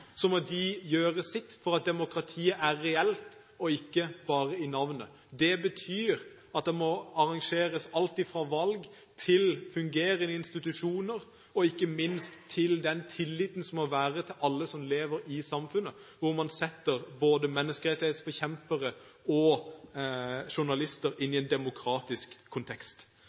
må de gjøre sitt for at demokratiet er reelt og ikke bare i navnet. Det betyr at det må arrangeres alt fra valg til fungerende institusjoner, og man må ikke minst ha tillit til alle som lever i samfunnet, og sette både menneskerettighetsforkjempere og journalister inn i en demokratisk kontekst.